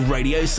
Radio